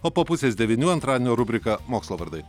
o po pusės devynių antradienio rubrika mokslo vardai